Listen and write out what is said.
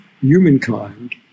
humankind